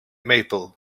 maple